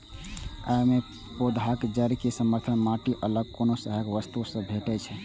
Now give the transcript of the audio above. अय मे पौधाक जड़ कें समर्थन माटि सं अलग कोनो सहायक वस्तु सं भेटै छै